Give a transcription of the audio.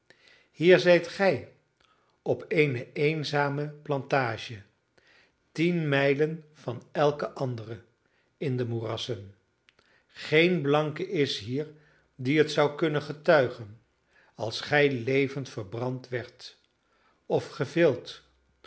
hier zijt gij op eene eenzame plantage tien mijlen van elke andere in de moerassen geen blanke is hier die het zou kunnen getuigen als gij levend verbrand werd of gevild